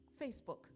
Facebook